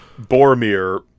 Boromir